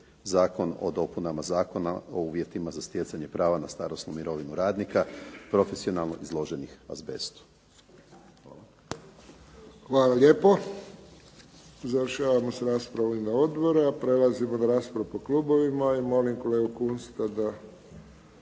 Zakon o dopunama Zakona o uvjetima za stjecanje prava na starosnu mirovinu radnika profesionalno izloženih azbestu. **Friščić, Josip (HSS)** Hvala lijepo. Završavamo s raspravom u ime odbora. Prelazimo na raspravu po klubovima. Molim kolegu Kunsta da